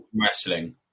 wrestling